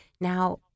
Now